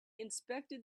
inspected